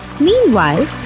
Meanwhile